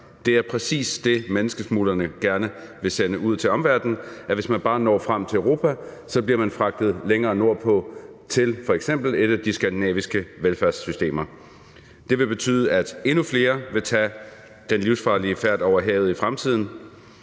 Det er præcis det, menneskesmuglerne gerne vil sende ud til omverdenen, nemlig at hvis man bare når frem til Europa, bliver man fragtet længere nordpå til f.eks. et af de skandinaviske velfærdssystemer. Det vil betyde, at endnu flere vil tage den livsfarlige færd over havet i fremtiden;